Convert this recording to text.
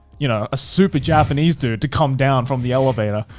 you know, a super japanese dude to come down from the elevator.